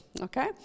Okay